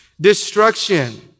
Destruction